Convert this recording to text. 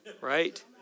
Right